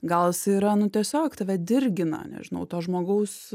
gal jis yra nu tiesiog tave dirgina nežinau to žmogaus